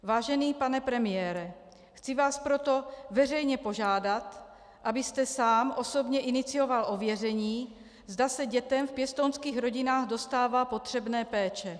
Vážený pane premiére, chci vás proto veřejně požádat, abyste sám osobně inicioval ověření, zda se dětem v pěstounských rodinách dostává potřebné péče.